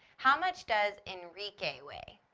how much does enrique weigh?